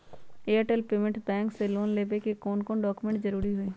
Airtel payments bank से loan लेवे के ले कौन कौन डॉक्यूमेंट जरुरी होइ?